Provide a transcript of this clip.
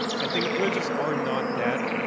i think images are not that,